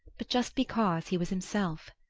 but just because he was himself!